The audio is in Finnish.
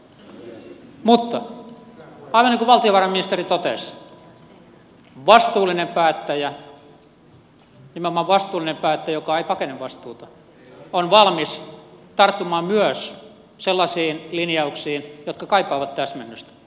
mutta aivan niin kuin valtiovarainministeri totesi vastuullinen päättäjä nimenomaan vastuullinen päättäjä joka ei pakene vastuuta on valmis tarttumaan myös sellaisiin linjauksiin jotka kaipaavat täsmennystä